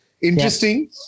interesting